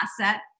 asset